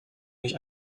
nicht